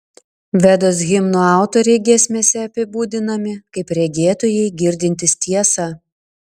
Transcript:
vedos himnų autoriai giesmėse apibūdinami kaip regėtojai girdintys tiesą